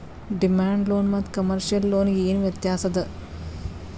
Demand loan ಮತ್ತ commercial loan ಗೆ ಏನ್ ವ್ಯತ್ಯಾಸದ?